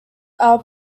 are